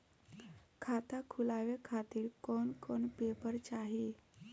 खाता खुलवाए खातिर कौन कौन पेपर चाहीं?